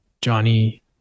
Johnny